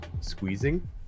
squeezing